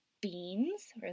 beans